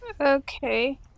Okay